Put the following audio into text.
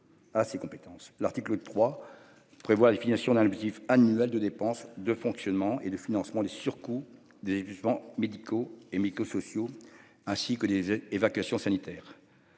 L'article 3 prévoit la définition d'un budget annuel de dépenses de fonctionnement et de financement des surcoûts d'épuisement médicaux et Mikko sociaux ainsi que les évacuations sanitaires.